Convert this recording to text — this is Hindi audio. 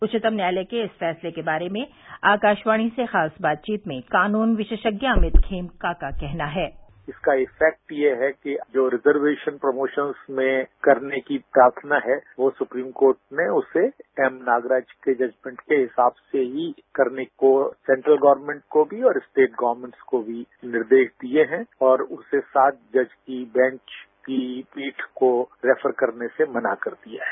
उच्चतम न्यायालय के इस फैंसले के बारे में आकाशवाणी से खास बातचीत में कानून विशेषज्ञ अमित खेमका का कहना है इसका इम्पैक्ट ये है कि जो रिजर्वेशन्सप्रमोशन्स में करने की प्रार्थना है वो सुप्रीमकोर्ट ने उसे एमनागराज के जजमेंट के हिसाब से ही करने को सेन्ट्रल गवर्नमेंट को भी और स्टेट गवर्नमेंट्स को भी निर्देश दिये है और उसे सात जज की बेंच की पीठ को रैफर करने से मना कर दिया है